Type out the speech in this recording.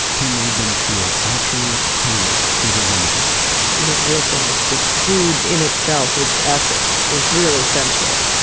he made them feel actual hunger with his images his real thing is just food in itself, its essence is real essential.